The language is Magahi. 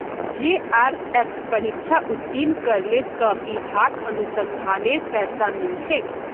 जेआरएफ परीक्षा उत्तीर्ण करले त विभाक अनुसंधानेर पैसा मिल छेक